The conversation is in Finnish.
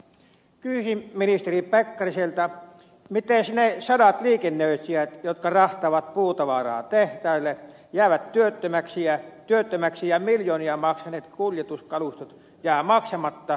kysyisin ministeri pekkariselta miten ne sadat liikennöitsijät jotka rahtaavat puutavaraa tehtaille jäävät työttömäksi ja miljoonia maksaneet kuljetuskalustot jäävät maksamatta ja konkurssi on edessä